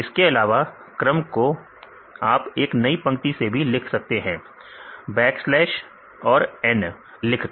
इसके अलावा क्रम को आप एक नई पंक्ति से भी लिख सकते हैं बैकस्लैश और n लिखकर